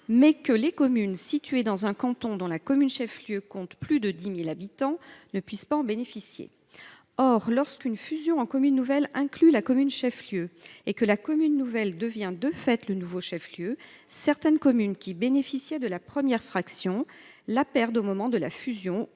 les communes situées dans un canton dont la commune chef lieu compte plus de 10 000 habitants ne peuvent pas en bénéficier. Pourtant, lorsqu’une fusion en commune nouvelle inclut la commune chef lieu et que la commune nouvelle devient de fait le nouveau chef lieu, certaines communes qui bénéficiaient de la première fraction la perdent au moment de la fusion